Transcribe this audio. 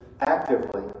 actively